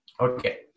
Okay